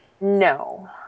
No